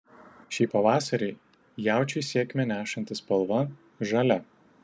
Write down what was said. šį pavasarį jaučiui sėkmę nešantį spalva žalia